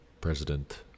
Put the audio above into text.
President